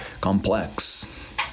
complex